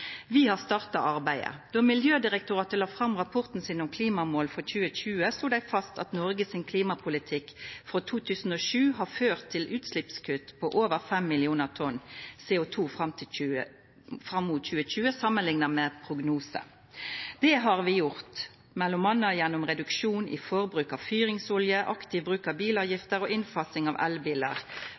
Vi har starta arbeidet. Då Miljødirektoratet la fram rapporten sin om klimamål for 2020, slo dei fast at Noregs klimapolitikk frå 2007 har ført til utsleppskutt på over 5 millionar tonn CO2 fram mot 2020, samanlikna med prognosen. Det har vi gjort, m.a. gjennom reduksjon i forbruk av fyringsolje, aktiv bruk av bilavgifter og innfasing av elbilar,